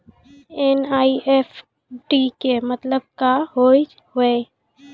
NEFT के मतलब का होव हेय?